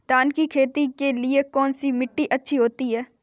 धान की खेती के लिए कौनसी मिट्टी अच्छी होती है?